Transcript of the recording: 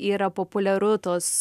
yra populiaru tos